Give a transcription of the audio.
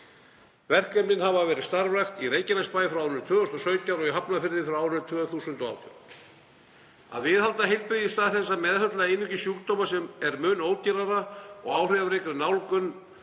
Verkefnin hafa verið starfrækt í Reykjanesbæ frá árinu 2017 og í Hafnarfirði frá árinu 2018. Að viðhalda heilbrigði í stað þess að meðhöndla einungis sjúkdóma er mun ódýrari og áhrifaríkari nálgun